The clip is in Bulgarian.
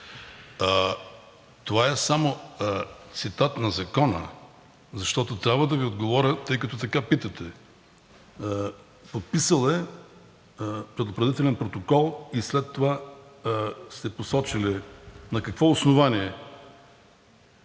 Това е само цитат на Закона, защото трябва да Ви отговоря, тъй като така питате, подписал е предупредителен протокол и след това сте посочили – на какво основание.